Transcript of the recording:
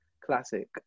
classic